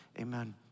Amen